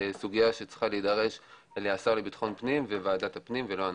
סוגיה שצריכים להידרש לה השר לביטחון הפנים וועדת הפנים ולא אנחנו.